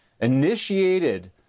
initiated